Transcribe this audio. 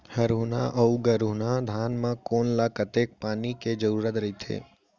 हरहुना अऊ गरहुना धान म कोन ला कतेक पानी के जरूरत रहिथे?